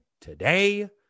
today